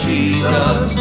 Jesus